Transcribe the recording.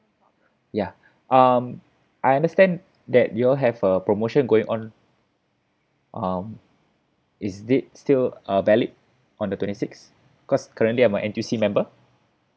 ya um I understand that you all have a promotion going on um is that still um valid on the twenty sixth because currently I'm a N_T_U_C member